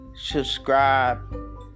subscribe